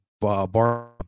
bar